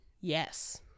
Yes